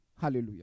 Hallelujah